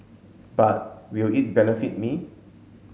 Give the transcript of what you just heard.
but will it benefit me